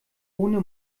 ohne